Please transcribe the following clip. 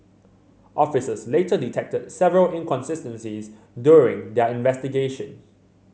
officers later detected several inconsistencies during their investigation